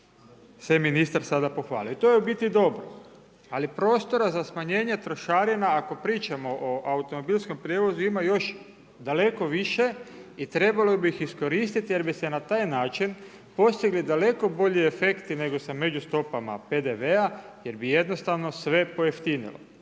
se ministar sada pohvalio i to je u biti dobro. Ali prostora za smanjenje trošarina, ako pričamo o automobilskom prijevozu ima još daleko više i trebalo bi ih iskoristiti jer bi se na taj način postigli daleko bolji efekti nego sa međustopama PDV-a jer bi jednostavno sve pojeftinilo.